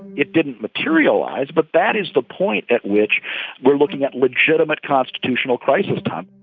it didn't materialize, but that is the point at which we're looking at legitimate constitutional crisis time